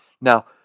Now